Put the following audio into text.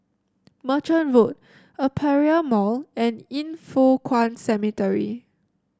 Merchant Road Aperia Mall and Yin Foh Kuan Cemetery